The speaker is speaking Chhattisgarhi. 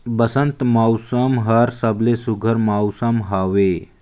बंसत मउसम हर सबले सुग्घर मउसम हवे